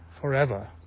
forever